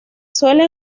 suele